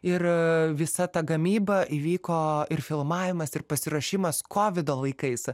ir visa ta gamyba įvyko ir filmavimas ir pasiruošimas kovido laikais